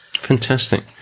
fantastic